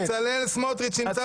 בצלאל סמוטריץ' נמצאת פה.